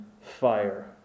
fire